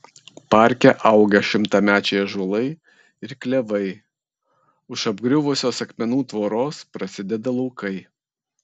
parke auga šimtamečiai ąžuolai ir klevai už apgriuvusios akmenų tvoros prasideda laukai